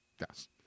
Yes